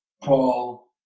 Paul